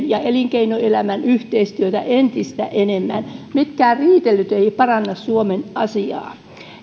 ja elinkeinoelämän yhteistyötä entistä enemmän mitkään riitelyt eivät paranna suomen asiaa